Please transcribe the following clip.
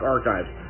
Archives